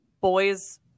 boys